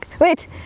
wait